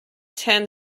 ten